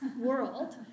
world